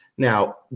Now